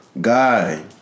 Guy